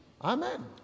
Amen